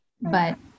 but-